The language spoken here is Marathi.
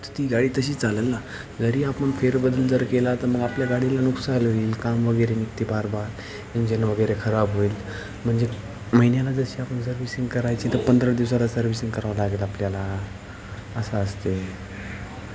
ती गाडी तशी चालेल ना घरी आपण फेरबदल जर केला तर मग आपल्या गाडीला नुकसान होईल कामवगैरे निघते पार बार इंजनवगैरे खराब होईल म्हणजे महिन्याला जशी आपण सर्विसिंग करायची तर पंधरा दिवसाला सर्व्हिसिंग करावं लागेल आपल्याला असं असते